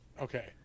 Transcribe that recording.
Okay